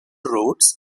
routes